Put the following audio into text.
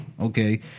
okay